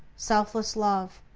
selfless love,